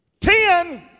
Ten